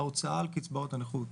ההוצאה על קצבאות הנכות,